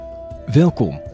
Welkom